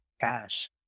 cash